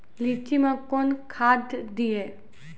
लीची मैं कौन खाद दिए?